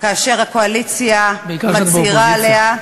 אשר הקואליציה מצהירה עליה,